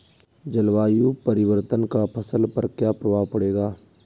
जलवायु परिवर्तन का फसल पर क्या प्रभाव पड़ेगा?